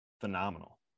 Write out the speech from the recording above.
phenomenal